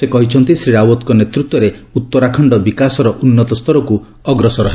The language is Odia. ସେ କହିଛନ୍ତି ଶ୍ରୀ ରାଓ୍ୱତଙ୍କ ନେତୃତ୍ୱରେ ଉତ୍ତରାଖଣ୍ଡ ବିକାଶର ଉନ୍ନତ ସ୍ତରକୁ ଅଗ୍ରସର ହେବ